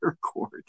court